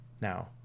now